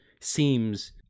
seems